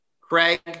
Craig